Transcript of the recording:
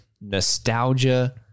nostalgia